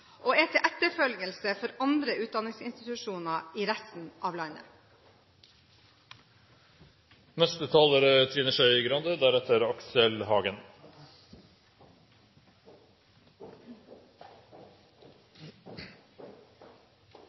og er til etterfølgelse for andre utdanningsinstitusjoner i resten av landet. Som jeg sa i mitt hovedinnlegg, mener jeg at det er